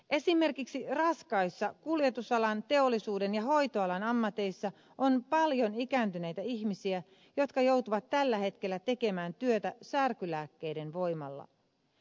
esimerkiksi raskaissa kuljetusalan teollisuuden ja hoitoalan ammateissa on paljon ikääntyneitä ihmisiä jotka joutuvat tällä hetkellä tekemään työtä särkylääkkeiden voimalla